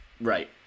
Right